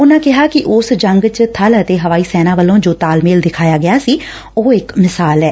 ਉਨਾਂ ਕਿਹਾ ਕਿ ਉਸ ਜੰਗ ਚ ਬਲ ਅਤੇ ਹਵਾਈ ਸੈਨਾ ਵੱਲਾਂ ਜੋ ਤਾਲਮੇਲ ਦਿਖਾਇਆ ਗਿਆ ਸੀ ਉਹ ਇਕ ਮਿਸਾਲ ਐ